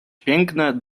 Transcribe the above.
piękne